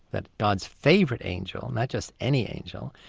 that god's favourite angel, not just any angel,